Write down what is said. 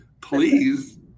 Please